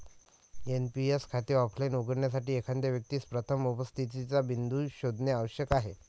NPS खाते offline उघडण्यासाठी, एखाद्या व्यक्तीस प्रथम उपस्थितीचा बिंदू शोधणे आवश्यक आहे